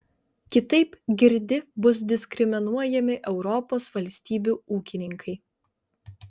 kitaip girdi bus diskriminuojami europos valstybių ūkininkai